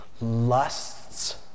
Lusts